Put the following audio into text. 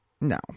no